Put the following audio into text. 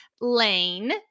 lane